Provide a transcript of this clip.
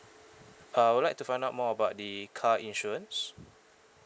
uh I would like to find out more about the car insurance